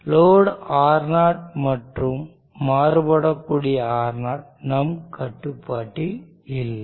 load Ro மற்றும் மாறுபடக்கூடிய Ro நம் கட்டுப்பாட்டில் இல்லை